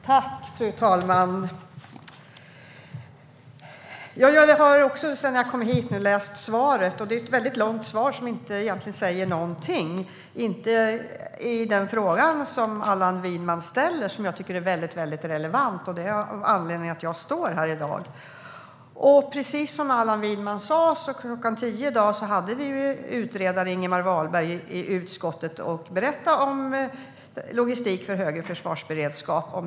Fru talman! Jag har sedan jag kom hit läst svaret. Det är ett långt svar som egentligen inte säger någonting i den fråga som Allan Widman ställer och som jag tycker är väldigt relevant. Det är av den anledningen som jag står här nu. Precis som Allan Widman sa hade vi utredaren Ingemar Wahlberg i utskottet i dag kl. 10, där han berättade om utredningen Logistik för högre försvarsberedskap .